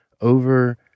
over